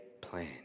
plan